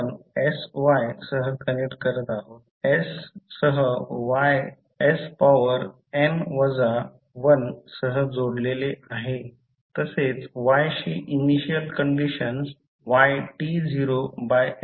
आपण sy सह connect करत आहोत s सह y s पॉवर n वजा 1 सह जोडलेले आहे तसेच y ची इनिशियल कंडिशन yt0s आहे